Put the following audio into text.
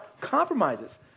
compromises